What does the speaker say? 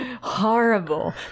Horrible